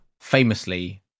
famously